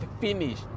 finish